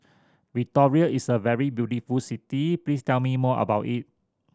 Victoria is a very beautiful city please tell me more about it